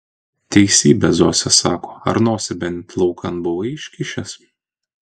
teisybę zosė sako ar nosį bent laukan buvai iškišęs